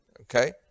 Okay